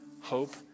hope